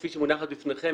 כפי שהיא מונחת בפניכם,